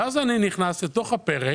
ואז, אני נכנס לתוך הפרק,